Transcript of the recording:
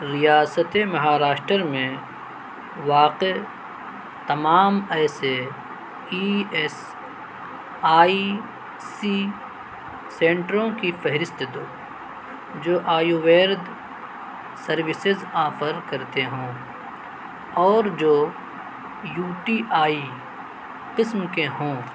ریاست مہاراشٹر میں واقع تمام ایسے ای ایس آئی سی سنٹروں کی فہرست دو جو آیوویرد سروسز آفر کرتے ہوں اور جو یو ٹی آئی قسم کے ہوں